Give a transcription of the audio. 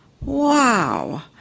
Wow